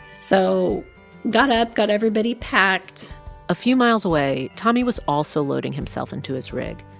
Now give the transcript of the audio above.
so got up, got everybody packed a few miles away, tommy was also loading himself into his rig.